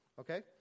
Okay